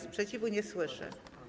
Sprzeciwu nie słyszę.